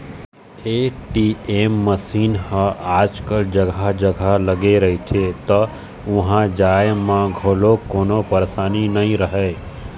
ATM machine ह आजकल जघा जघा लगे रहिथे त उहाँ जाए म घलोक कोनो परसानी नइ रहय